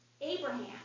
Abraham